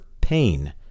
pain